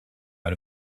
out